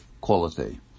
quality